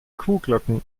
kuhglocken